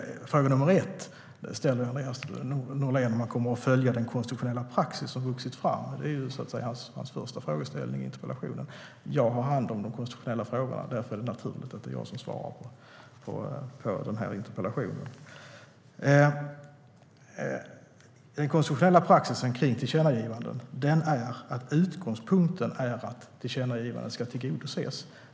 Andreas Norléns första fråga i interpellationen är om regeringen kommer att följa den konstitutionella praxis som har vuxit fram. Jag har hand om de konstitutionella frågorna. Därför är det naturligt att det är jag som svarar på interpellationen. Den konstitutionella praxisen för tillkännagivanden är att utgångspunkten är att tillkännagivandet ska tillgodoses.